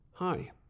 Hi